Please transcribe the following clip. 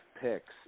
picks